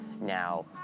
now